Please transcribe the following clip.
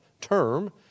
term